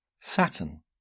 Saturn